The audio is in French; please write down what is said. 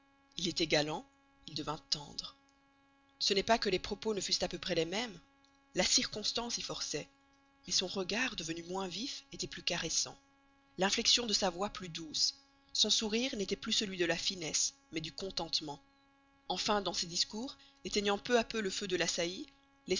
il était galant il devint tendre ce n'est pas que les propos ne fussent à peu près les mêmes la circonstance y forçait mais son regard devenu moins vif était plus caressant l'inflexion de sa voix plus douce son sourire n'était plus celui de la finesse mais du contentement enfin dans ses discours éteignant peu à peu le feu de la saillie